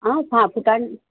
आ हां कुटा